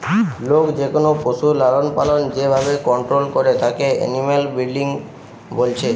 লোক যেকোনো পশুর লালনপালন যে ভাবে কন্টোল করে তাকে এনিম্যাল ব্রিডিং বলছে